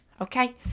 okay